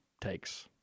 takes